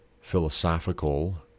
philosophical